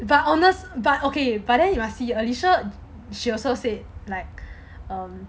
but honest but okay but then you must see alicia she also said like um